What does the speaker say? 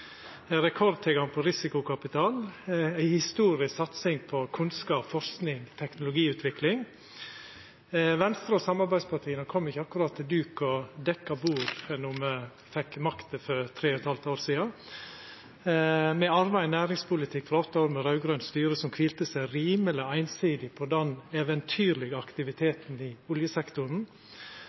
rekordtilgang på risikokapital, ei historisk satsing på kunnskap, forsking og teknologiutvikling. Venstre og samarbeidspartia kom ikkje akkurat til duk og dekka bord då me fekk makta for tre og eit halvt år sidan. Me arva ein næringspolitikk frå åtte år med raud-grønt styre, som kvilte seg rimeleg einsidig på den eventyrlege aktiviteten i oljesektoren.